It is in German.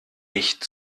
nicht